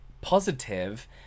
positive